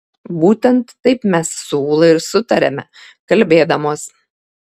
būtent taip mes su ūla ir sutariame kalbėdamos